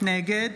נגד